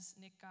Nick